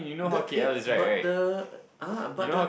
the eh but the ah but the